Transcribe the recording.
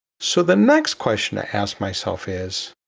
so the next question to ask myself is,